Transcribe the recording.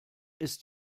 ist